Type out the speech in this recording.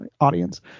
audience